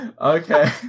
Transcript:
Okay